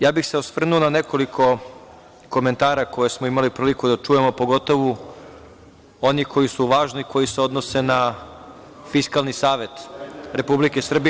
Ja bih se osvrnuo na nekoliko komentara koje smo imali priliku da čujemo, pogotovu onih koji su važni, koji se odnose na Fiskalni savet Republike Srbije.